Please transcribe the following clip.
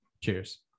cheers